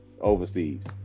overseas